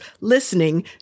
listening